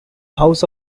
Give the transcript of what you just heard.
house